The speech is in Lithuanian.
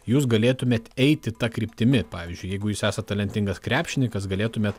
jūs galėtumėt eiti ta kryptimi pavyzdžiui jeigu jūs esat talentingas krepšininkas galėtumėt